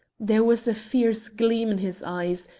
there was a fierce gleam in his eyes,